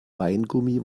weingummi